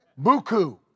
Buku